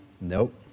Nope